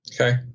Okay